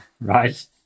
Right